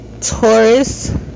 Taurus